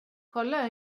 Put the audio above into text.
kolla